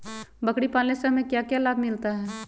बकरी पालने से हमें क्या लाभ मिलता है?